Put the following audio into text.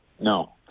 No